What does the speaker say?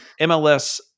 MLS